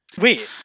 Wait